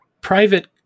private